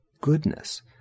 goodness